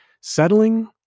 Settling